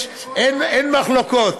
אין מחלוקות.